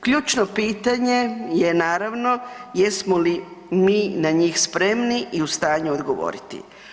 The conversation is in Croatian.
Ključno pitanje je naravno, jesmo li mi na njih spremni i u stanju odgovoriti?